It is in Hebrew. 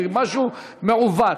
זה משהו מעוות.